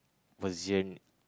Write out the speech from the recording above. position